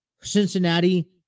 Cincinnati